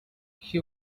she